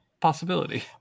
possibility